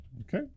okay